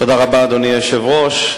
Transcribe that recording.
תודה רבה, אדוני היושב-ראש.